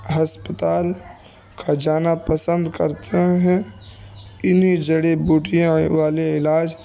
ہسپتال کا جانا پسند کرتے ہیں انہیں جڑی بوٹیاں والے علاج